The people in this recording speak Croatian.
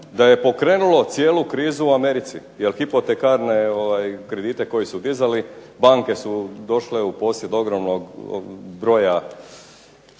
da je pokrenulo cijelu krizu u Americi jer hipotekarne kredite koje su dizali banke su došle u posjed ogromnog broja